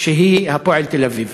שהיא "הפועל תל-אביב".